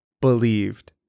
believed